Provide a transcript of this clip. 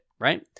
right